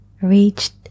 reached